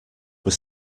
were